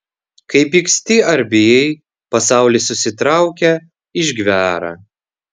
kai pyksti ar bijai pasaulis susitraukia išgvęra